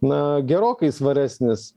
na gerokai svaresnis